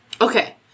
Okay